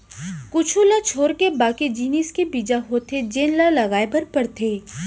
कुछ ल छोरके बाकी जिनिस के बीजा होथे जेन ल लगाए बर परथे